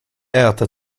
äta